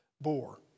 bore